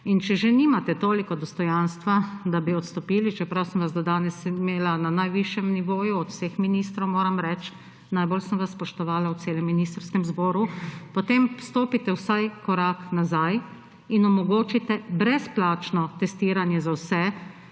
In če že nimate toliko dostojanstva, da bi odstopili, čeprav sem vas do danes imela na najvišjem nivoju od vseh ministrov, moram reči, najbolj sem vas spoštovala v celem ministrskem zboru, potem stopite vsaj korak nazaj in omogočite brezplačno testiranje za vse